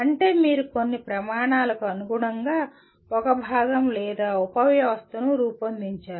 అంటే మీరు కొన్ని ప్రమాణాలకు అనుగుణంగా ఒక భాగం లేదా ఉపవ్యవస్థను రూపొందించారు